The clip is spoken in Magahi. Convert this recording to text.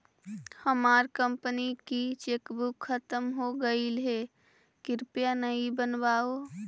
हमार कंपनी की चेकबुक खत्म हो गईल है, कृपया नई बनवाओ